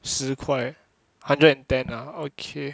十块 hundred and ten ah ah okay